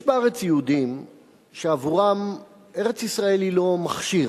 יש בארץ יהודים שעבורם ארץ-ישראל היא לא מכשיר,